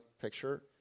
picture